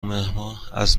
مهرماه، از